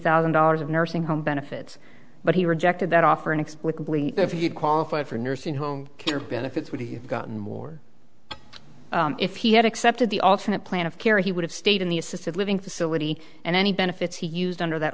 thousand dollars of nursing home benefits but he rejected that offer inexplicably if you qualify for nursing home care benefits would have gotten more if he had accepted the alternate plan of care he would have stayed in the assisted living facility and any benefits he used under that